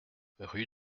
rue